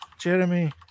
Jeremy